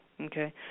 Okay